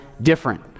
different